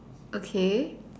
okay